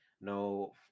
no